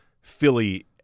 Philly